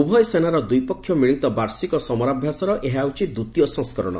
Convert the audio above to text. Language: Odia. ଉଭୟ ସେନାର ଦ୍ୱିପକ୍ଷ ମିଳିତ ବାର୍ଷିକ ସମାରାଭ୍ୟାସର ଏହି ହେଉଛି ଦ୍ୱିତୀୟ ସଂସ୍କରଣ